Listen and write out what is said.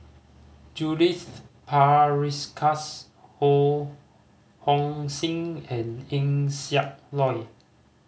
Judith Prakash Ho Hong Sing and Eng Siak Loy